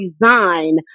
design